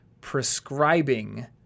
prescribing